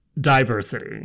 diversity